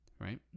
right